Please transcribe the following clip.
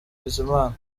bizimana